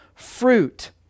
fruit